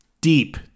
deep